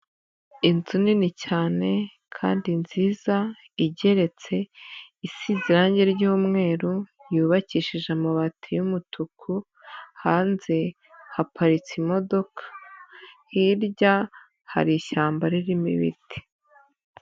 Inzu nini cyane kandi nziza igeretse, isize irange ry'umweru, yubakishije amabati y'umutuku hanze haparitse imodoka, hirya hari ishyamba ririmo ibiti.